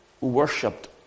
worshipped